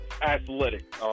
athletic